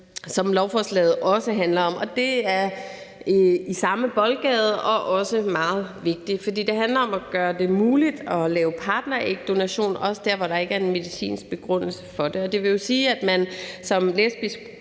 som lovforslaget også handler om, og det er i samme boldgade og også meget vigtigt. For det handler om at gøre det muligt at lave partnerægdonation, også der, hvor der ikke er en medicinsk begrundelse for det. Det vil sige, at man som lesbisk